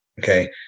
Okay